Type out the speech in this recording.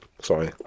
sorry